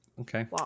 Okay